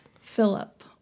Philip